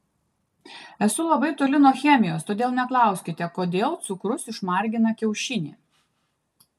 esu labai toli nuo chemijos todėl neklauskite kodėl cukrus išmargina kiaušinį